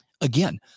Again